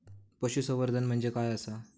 पशुसंवर्धन म्हणजे काय आसा?